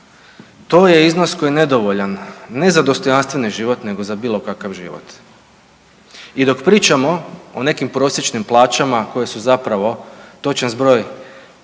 To je iznos koji je nedovoljan ne za dostojanstveni život nego za bilo kakav život. I dok pričamo o nekim prosječnim plaćama koje su zapravo točan zbroj